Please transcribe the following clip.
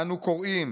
"אנו קוראים,